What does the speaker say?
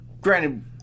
Granted